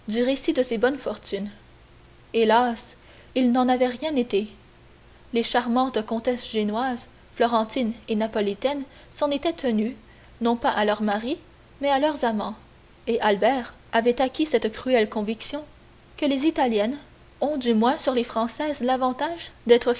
du récit de ses bonnes fortunes hélas il n'en avait rien été les charmantes comtesses génoises florentines et napolitaines s'en étaient tenues non pas à leurs maris mais à leurs amants et albert avait acquis cette cruelle conviction que les italiennes ont du moins sur les françaises l'avantage d'être